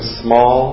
small